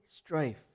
Strife